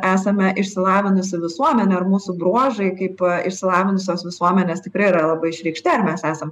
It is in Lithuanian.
esame išsilavinusi visuomenė ar mūsų bruožai kaip išsilavinusios visuomenės tikrai yra labai išreikšti ar mes esam